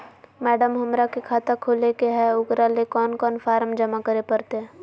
Madam, हमरा के खाता खोले के है उकरा ले कौन कौन फारम जमा करे परते?